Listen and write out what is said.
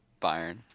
Bayern